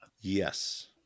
Yes